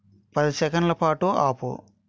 పది సెకన్ల పాటు ఆపు